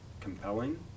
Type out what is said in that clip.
Compelling